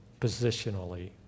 positionally